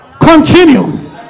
Continue